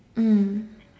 mm